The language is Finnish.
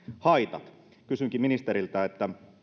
haitat kysynkin ministeriltä